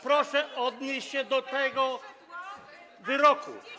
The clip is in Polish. Proszę odnieść się do tego wyroku.